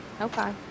okay